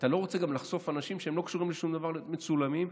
אתה לא רוצה גם לחשוף אנשים שלא קשורים לשום דבר לכך שהם יהיו מצולמים,